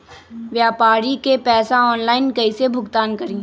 व्यापारी के पैसा ऑनलाइन कईसे भुगतान करी?